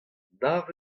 nav